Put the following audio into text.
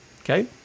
Okay